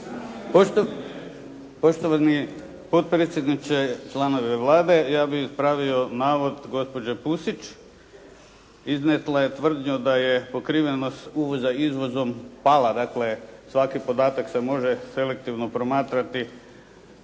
Poštovani potpredsjedniče, članovi Vlade, ja bih ispravio navod gospođe Pusić. Iznesla je tvrdnju da je pokrivenost uvoza izvozom pala, dakle, svaki podatak se može selektivno promatrati